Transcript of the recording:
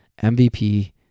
MVP